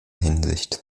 hinsicht